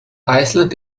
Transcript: island